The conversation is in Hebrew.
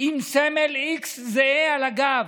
עם סמל x זהה על הגב.